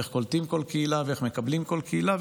איך קולטים כל קהילה ואיך מקבלים כל קהילה,